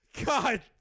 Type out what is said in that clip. God